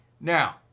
Now